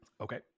Okay